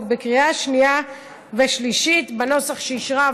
בקריאה שנייה ושלישית בנוסח שאישרה הוועדה,